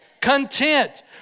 content